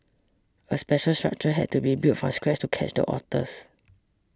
a special structure had to be built from scratch to catch the otters